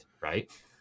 right